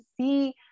see